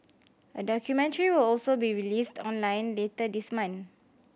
a documentary will also be released online later this month